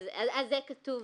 זה כתוב